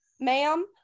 ma'am